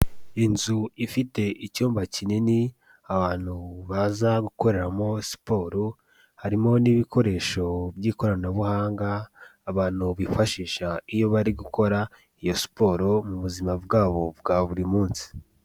Inzu ifite icyumba kinini abantu baza gukoreramo siporo, harimo n'ibikoresho by'ikoranabuhanga, abantu bifashisha iyo bari gukora iyo siporo mu buzima bwabo bwa buri munsi.